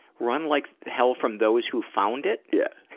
run like hell from those who've found it? yeah.